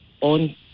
on